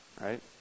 right